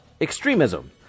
extremism